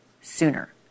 sooner